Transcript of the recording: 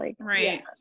right